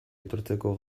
etortzeko